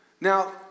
Now